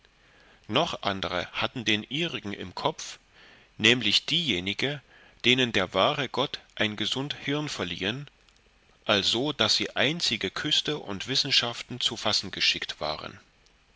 noch andere hatten den ihrigen im kopf nämlich diejenige denen der wahre gott ein gesund hirn verliehen also daß sie einzige künste und wissenschaften zu fassen geschickt waren